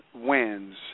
wins